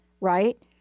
right